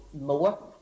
more